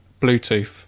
Bluetooth